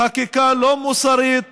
חקיקה לא מוסרית